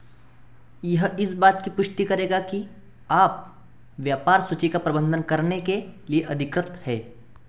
यह इस बात की पुष्टि करेगा कि आप व्यापार सूची का प्रबंधन करने के लिए अधिकृत हैं